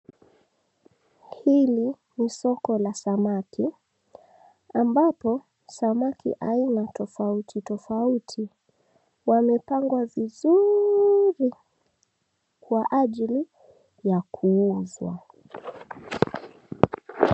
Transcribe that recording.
Hili ni soko la samaki, ambapo samaki aina tofauti tofauti wamepangwa vizuri kwa ajili ya 𝑘𝑢𝑢𝑧𝑤𝑎.